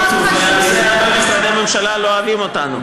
ובגלל זה הרבה משרדי ממשלה לא אוהבים אותנו.